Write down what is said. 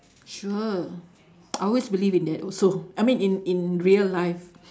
sure I always believe in that also I mean in in real life